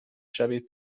شوید